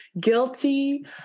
guilty